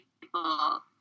people